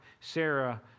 Sarah